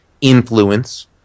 influence